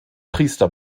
priester